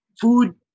Food